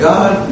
God